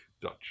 dutch